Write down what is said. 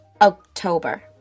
October